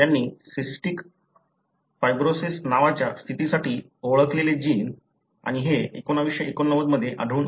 त्यांनी cystic fibrosis नावाच्या स्थितीसाठी ओळखलेले जीन आणि हे 1989 मध्ये आढळून आले